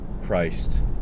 Christ